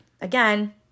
again